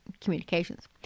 communications